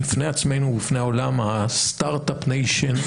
בפני עצמנו ובפני העולם הסטרטאפ ניישן,